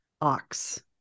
Ox